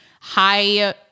high